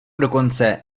dokonce